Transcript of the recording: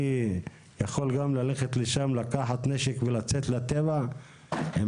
אני יכול גם ללכת לשם לקחת נשק ולצאת לטבע עם